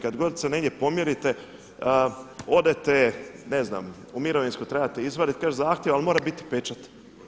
Kad god se negdje pomjerite odete ne znam u mirovinsko trebate izvaditi, kaže zahtjev ali mora biti pečat.